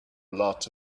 lot